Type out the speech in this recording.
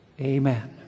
Amen